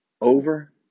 Over